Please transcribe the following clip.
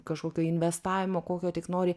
kažkokio investavimo kokio tik nori